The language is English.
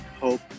hope